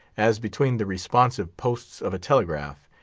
as between the responsive posts of a telegraph,